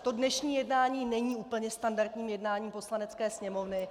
To dnešní jednání není úplně standardním jednáním Poslanecké sněmovny.